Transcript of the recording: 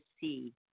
see